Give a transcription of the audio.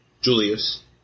Julius